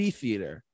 theater